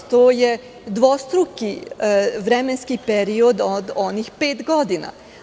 To je dvostruki vremenski period od onih pet godina.